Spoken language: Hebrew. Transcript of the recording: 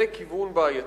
זה כיוון בעייתי.